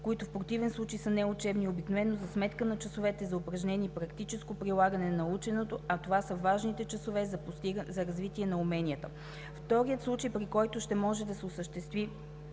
които в противен случай са неучебни и обикновено са за сметка на часовете за упражнения и практическо прилагане на наученото, а това са важните часове за развитие на уменията. Вторият случай, при който ще може да се осъществи